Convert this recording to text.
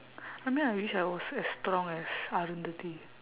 I mean I wish I was as strong as arundhati